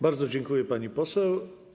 Bardzo dziękuję, pani poseł.